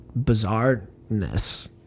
bizarreness